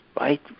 right